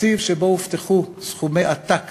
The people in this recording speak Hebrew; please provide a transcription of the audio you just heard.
תקציב שבו הובטחו סכומי עתק